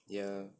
ya